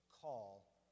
call